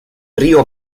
río